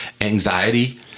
anxiety